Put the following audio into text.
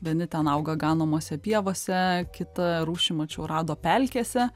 vieni ten auga ganomose pievose kitą rūšį mačiau rado pelkėse